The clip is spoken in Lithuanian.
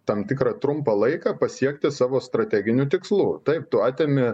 tam tikrą trumpą laiką pasiekti savo strateginių tikslų taip tu atimi